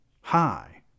Hi